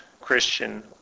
Christian